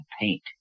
paint